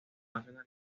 nacional